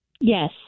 Yes